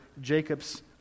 Jacob's